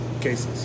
cases